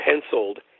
penciled